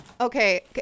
Okay